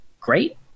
great